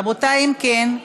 רבותיי, אם כן,